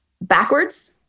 backwards